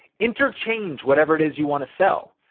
interchange whatever it is you wanna sell.